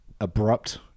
abrupt